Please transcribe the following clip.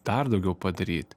dar daugiau padaryt